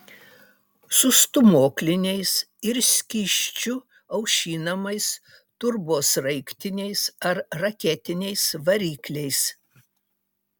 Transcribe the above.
su stūmokliniais ir skysčiu aušinamais turbosraigtiniais ar raketiniais varikliais